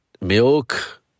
Milk